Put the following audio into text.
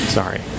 Sorry